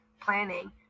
planning